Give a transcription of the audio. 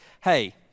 hey